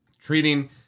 treating